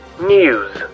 news